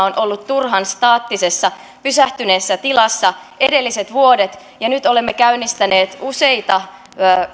on ollut turhan staattisessa pysähtyneessä tilassa edelliset vuodet ja nyt olemme käynnistäneet useita